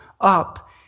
up